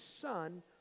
son